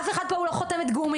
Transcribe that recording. אף אחד פה הוא לא חותמת גומי,